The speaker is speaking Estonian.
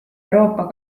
euroopa